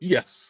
Yes